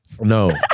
No